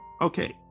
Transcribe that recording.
Okay